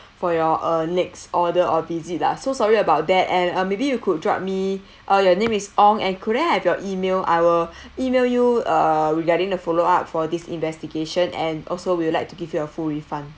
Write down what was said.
for your uh next order or visit lah so sorry about that and uh maybe you could drop me uh your name is ong and could I have your email I will email you uh regarding the follow up for this investigation and also we'll like to give you a full refund